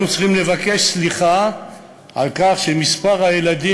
אנחנו צריכים לבקש סליחה על כך שמספר הילדים